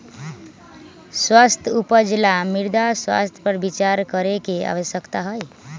स्वस्थ उपज ला मृदा स्वास्थ्य पर विचार करे के आवश्यकता हई